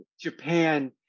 Japan